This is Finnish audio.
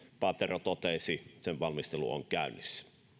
paatero totesi sen valmistelu on käynnissä